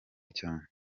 cyane